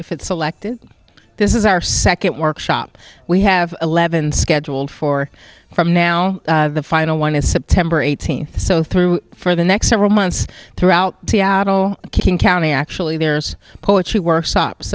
if it selected this is our second workshop we have eleven scheduled for from now the final one is september eighteenth so through for the next several months throughout the atl king county actually there's a poetry workshop